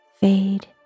fade